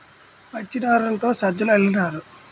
పచ్చినారతో సజ్జలు అల్లినారు